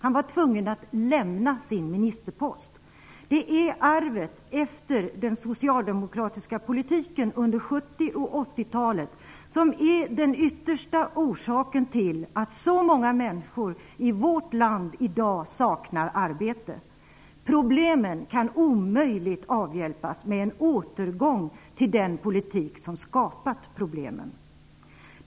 Han tvingades att lämna sin ministerpost. Det är arvet efter den socialdemokratiska politiken under 70 och 80-talet som är den yttersta orsaken till att så många människor i vårt land i dag saknar arbete. Problemen kan omöjligt avhjälpas med en återgång till den politik som har skapat problemen.